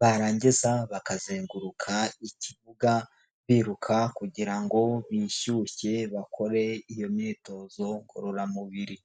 barangiza bakazenguruka ikibuga biruka kugira ngo bishyushye, bakore iyo myitozo ngororamubiri.